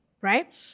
right